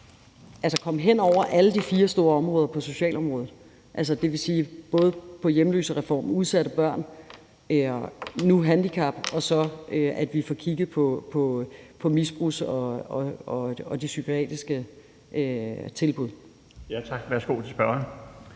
at komme hen over alle de fire store områder på socialområdet. Det vil sige hjemløsereform, udsatte børn, nu handicap, og at vi får kigget på misbrugstilbud og de psykiatriske tilbud. Kl. 18:13 Den fg. formand